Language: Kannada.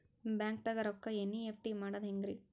ಬ್ಯಾಂಕ್ದಾಗ ರೊಕ್ಕ ಎನ್.ಇ.ಎಫ್.ಟಿ ಮಾಡದ ಹೆಂಗ್ರಿ?